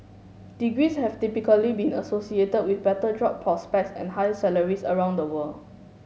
degrees have typically been associated with better job prospects and higher salaries around the world